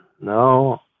no